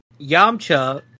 Yamcha